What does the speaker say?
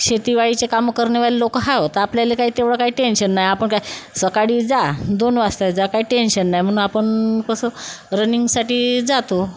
शेतीवाडीचे कामं करनेवाले लोकं हावं तर आपल्याला काय तेवढं काही टेन्शन नाही आपण काय सकाळी जा दोन वाजता जा काय टेन्शन नाही म्हणून आपण कसं रनिंगसाठी जातो